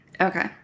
Okay